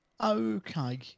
Okay